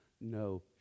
no